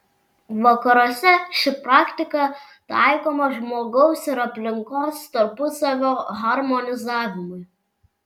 vakaruose ši praktika taikoma žmogaus ir aplinkos tarpusavio harmonizavimui